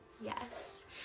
Yes